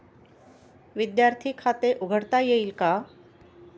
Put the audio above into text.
विद्यार्थी खाते उघडता येईल का?